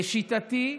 "לשיטתי,